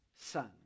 son